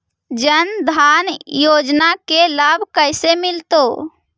जन धान योजना के लाभ कैसे मिलतै?